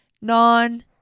non